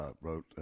wrote